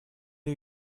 are